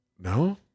No